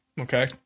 Okay